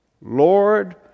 Lord